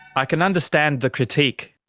i can understand the critique.